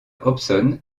hobson